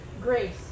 grace